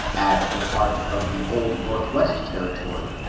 add the part of the old northwest territory,